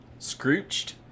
Scrooched